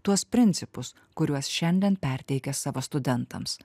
tuos principus kuriuos šiandien perteikia savo studentams